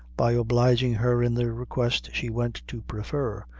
by obliging her in the request she went to prefer,